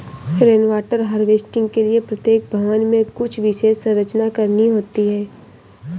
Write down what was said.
rain water harvesting के लिए प्रत्येक भवन में कुछ विशेष संरचना करनी होती है